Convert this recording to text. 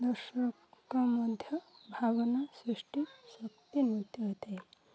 ଦର୍ଶକ ମଧ୍ୟ ଭାବନା ସୃଷ୍ଟି ଶକ୍ତି ନୃତ୍ୟ ହୋଇଥାଏ